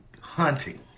hunting